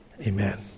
Amen